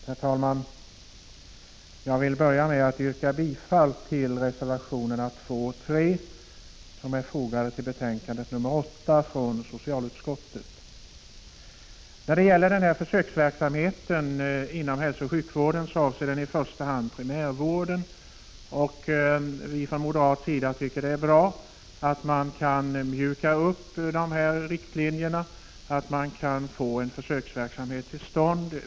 Herr talman! Jag vill börja med att yrka bifall till reservationerna 2 och 3, som är fogade till betänkandet nr 8 från socialutskottet. Försöksverksamheten inom hälsooch sjukvården avser i första hand primärvården. Från moderat sida tycker vi att det är bra om man kan mjuka upp de nuvarande riktlinjerna och få en försöksverksamhet till stånd.